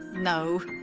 no,